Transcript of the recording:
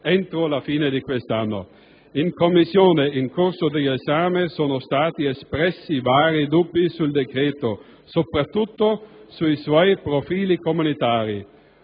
entro la fine di quest'anno. In Commissione, in corso di esame, sono stati espressi vari dubbi sul provvedimento, soprattutto sui suoi profili comunitari: